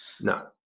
No